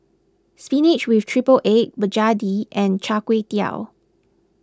Spinach with Triple Egg Begedil and Char Kway Teow